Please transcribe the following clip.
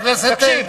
חבר הכנסת, תקשיב.